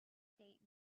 state